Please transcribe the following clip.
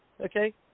okay